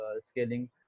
scaling